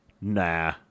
Nah